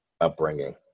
upbringing